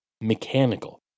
mechanical